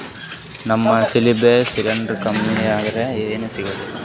ನಮ್ದು ಸಿಬಿಲ್ ಸ್ಕೋರ್ ಕಡಿಮಿ ಅದರಿ ಸಾಲಾ ಸಿಗ್ತದ?